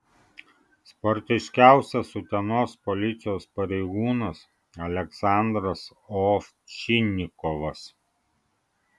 sportiškiausias utenos policijos pareigūnas aleksandras ovčinikovas